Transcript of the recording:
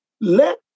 let